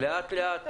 לאט-לאט הולכת ונעלמת?